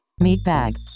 Meatbag